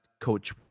coach